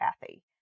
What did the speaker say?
Kathy